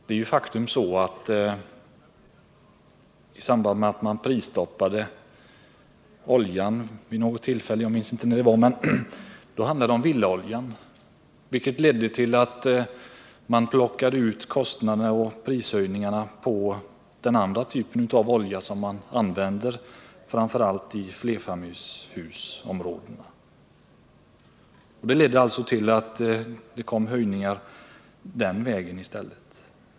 Det är ju ett faktum att i samband med att man prisstoppade oljan vid något tillfälle — jag minns inte när det var — handlade det om villaoljan, vilket ledde till att man lade kostnaderna och prishöjningarna på den andra typen av eldningsolja, som man levererar framför allt till flerfamiljshusområdena. Detta gjorde att det kom höjningar den vägen i stället.